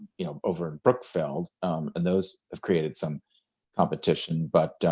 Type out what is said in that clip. you know, over in brookfield, and those have created some competition, but